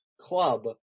club